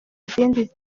izindi